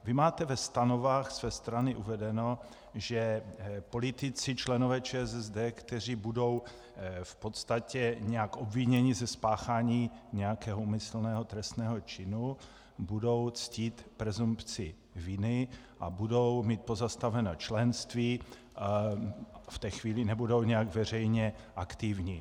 Vy máte ve stanovách své strany uvedeno, že politici členové ČSSD, kteří budou v podstatě nějak obviněni ze spáchání nějakého úmyslného trestného činu, budou ctít presumpci viny a budou mít pozastaveno členství, v té chvíli nebudou nijak aktivní.